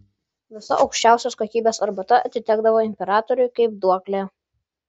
visa aukščiausios kokybės arbata atitekdavo imperatoriui kaip duoklė